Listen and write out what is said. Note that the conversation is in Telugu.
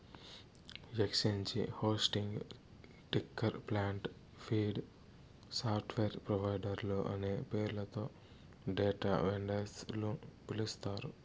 exchange hosting, ticker plant, feed, software ప్రొవైడర్లు అనే పేర్లతో డేటా వెండర్స్ ని పిలుస్తారు